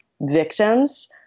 victims